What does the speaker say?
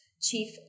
Chief